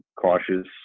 cautious